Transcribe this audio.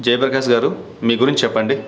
జయప్రకాశ్ గారు మీ గురించి చెప్పండి